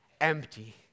empty